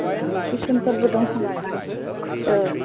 अ टिउसनफोरबो दं खोमा अ औ